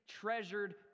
treasured